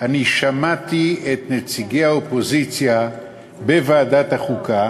שמעתי את נציגי האופוזיציה בוועדת החוקה